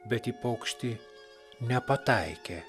bet į paukštį nepataikė